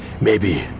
Maybe